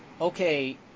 okay